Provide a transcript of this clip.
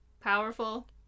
Powerful